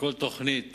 כל תוכנית